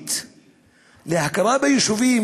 תוכנית להכרה ביישובים,